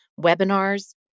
webinars